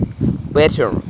better